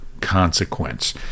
consequence